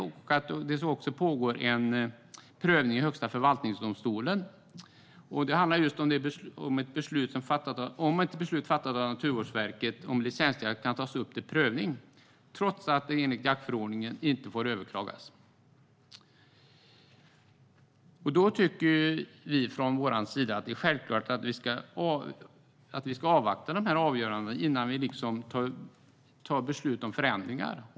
Det pågår också en prövning i Högsta förvaltningsdomstolen om ett beslut fattat av Naturvårdsverket ifall licensjakt kan tas upp till prövning, trots att det inte får överklagas enligt jaktförordningen. Vi tycker att det är självklart att avgöranden i dessa processer bör avvaktas innan vi beslutar om förändringar.